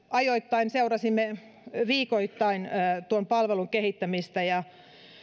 ajoittain seurasimme viikoittain tuon palvelun kehittämistä ja